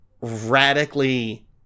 radically